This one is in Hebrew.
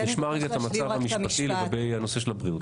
המצב המשפטי לגבי הנושא של הבריאות.